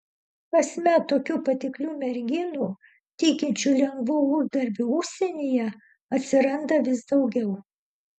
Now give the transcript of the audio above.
kasmet tokių patiklių merginų tikinčių lengvu uždarbiu užsienyje atsiranda vis daugiau